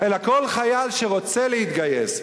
אלא כל חייל שרוצה להתגייס,